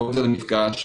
גודל המפגש,